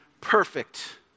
perfect